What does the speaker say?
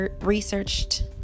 researched